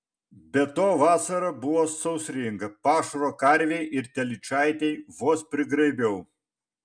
be to vasara buvo sausringa pašaro karvei ir telyčaitei vos prigraibiau